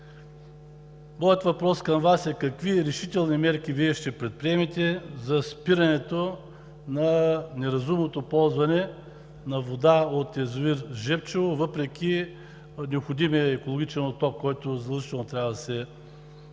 Моят въпрос към Вас е: какви решителни мерки ще предприемете за спирането на неразумното ползване на вода от язовир „Жребчево“, въпреки необходимия екологичен отток, който задължително трябва да се пуска